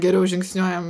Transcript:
geriau žingsniuojam